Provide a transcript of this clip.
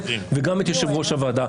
וגם את יושב-ראש הוועדה.